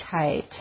tight